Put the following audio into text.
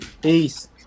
Peace